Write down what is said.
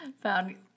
found